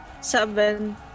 Seven